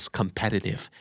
competitive